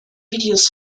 videos